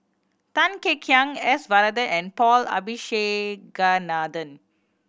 Tan Kek Hiang S Varathan and Paul Abisheganaden